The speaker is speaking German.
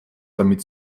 damit